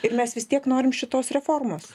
ir mes vis tiek norim šitos reformos